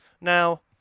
Now